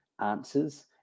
answers